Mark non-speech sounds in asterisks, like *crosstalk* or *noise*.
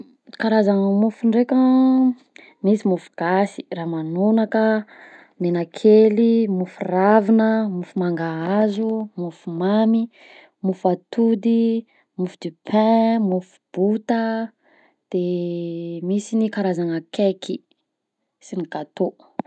Karazana mofo ndraika: misy mofo gasy, ramanonaka, menakely, mofo ravina, mofo mangahazo, mofo mamy, mofo atody, mofo du pain, mofo bota, de *hesitation* misy ny karazana cake sy ny gateau.